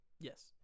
Yes